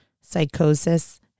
psychosis